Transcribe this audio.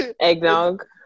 Eggnog